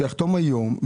שיחתום היום,